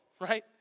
right